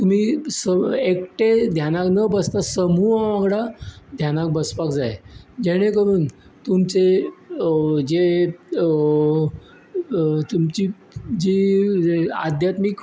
तुमी सवय एकटे ध्यानाक न बसता समुहा वांगडा ध्यानाक बसपाक जाय जेणे करून तुमचे जे तुमची जी आध्यात्मीक